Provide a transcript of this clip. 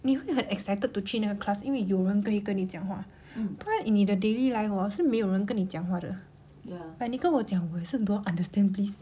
你会很 excited to 去那个 class 因为有人可以跟你讲话不然你的 daily life hor 是没有人跟你讲话的 like 你跟我讲我也是 don't understand please